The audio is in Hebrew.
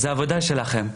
זו העבודה שלכם.